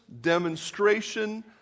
demonstration